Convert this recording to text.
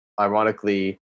ironically